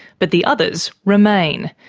but the others remain.